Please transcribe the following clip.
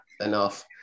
enough